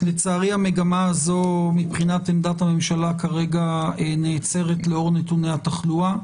לצערי המגמה הזו מבחינת עמדת הממשלה כרגע נעצרת לאור נתוני התחלואה.